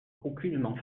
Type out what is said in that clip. aucunement